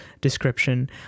description